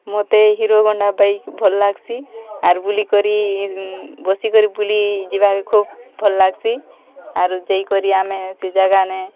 ମତେ Hero Honda bike ଭଲ୍ ଲାଗ୍ସି ଆର୍ ବୁଲିକରି ବସିକରି ବୁଲି ଯିବାର୍କେ ଖୋବ୍ ଭଲ୍ ଲାଗ୍ସି ଆରୁ ଯାଇକରି ଆମେ ସେ ଜାଗା ନେ